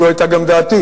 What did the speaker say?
זו היתה גם דעתי,